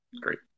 great